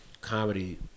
comedy